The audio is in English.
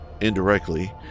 indirectly